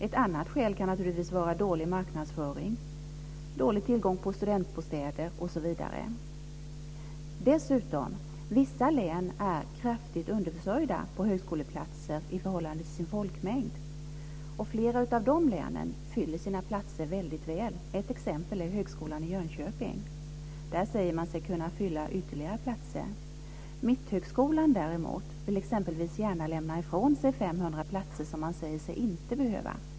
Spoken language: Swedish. En annat skäl kan vara dålig marknadsföring, dålig tillgång på studentbostäder osv. Dessutom är vissa län kraftigt underförsörjda med högskoleplatser i förhållande till sin folkmängd. Flera av de länen fyller sina platser väl. Ett exempel är högskolan i Jönköping. Där säger man sig kunna fylla ytterligare platser. Mitthögskolan däremot vill exempelvis gärna lämna ifrån sig 500 platser, som man säger sig inte behöva.